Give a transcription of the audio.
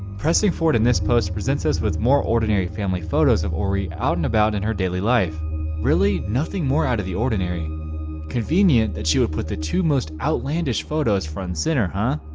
pressing forward in this post presents us with more ordinary family photos of orie out and about in her daily life really nothing more out of the ordinary convenient that she would put the two most outlandish photos front and center, huh?